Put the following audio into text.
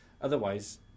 Otherwise